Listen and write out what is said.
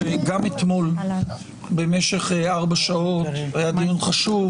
שגם אתמול במשך ארבע שעות היה דיון חשוב,